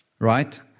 Right